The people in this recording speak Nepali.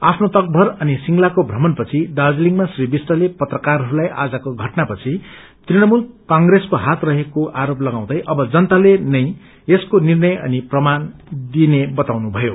आफ्नो तक्मर अनि सिंगला प्रमणपछि दार्जालिङमा श्री विष्टले पत्रकारहस्लाई आजको घटपनापछि तृणमूल कंप्रेसको हात रहेको आरोप लगाउँदअब जनताले यनै यसको निग्रय अनि प्रमाण दिने बताउनुषयो